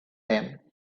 them